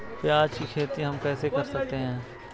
प्याज की खेती हम कैसे कर सकते हैं?